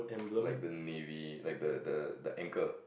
like the navy like the the the anchor